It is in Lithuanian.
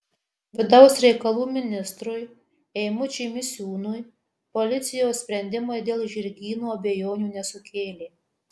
vidaus reikalų ministrui eimučiui misiūnui policijos sprendimai dėl žirgyno abejonių nesukėlė